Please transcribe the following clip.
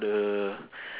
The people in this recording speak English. the